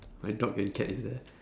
my dog and cat is there